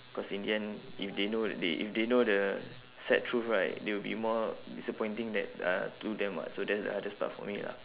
cause in the end if they know that they if they know the sad truth right they will be more disappointing that uh to them [what] so that's uh that's the hardest part for me ah